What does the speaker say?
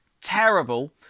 terrible